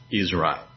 Israel